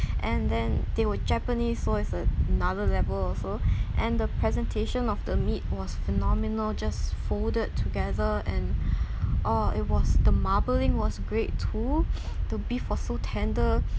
and then they were japanese sauce with another level also and the presentation of the meat was phenomenal just folded together and ah it was the marbling was great too the beef so tender